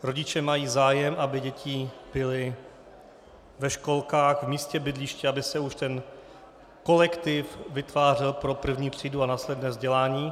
Rodiče mají zájem, aby děti byly ve školkách v místě bydliště, aby se už ten kolektiv vytvářel pro první třídu a následné vzdělání.